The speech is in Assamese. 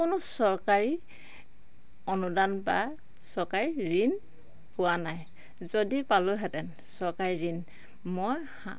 কোনো চৰকাৰী অনুদান বা চৰকাৰী ঋণ পোৱা নাই যদি পালোঁহেঁতেন চৰকাৰী ঋণ মই